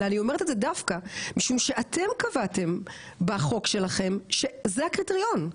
אלא אני אומרת את זה דווקא משום שאתם קבעתם בחוק שלכם שזה הקריטריון,